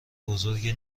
بزرگی